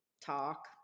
talk